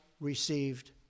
received